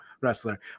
wrestler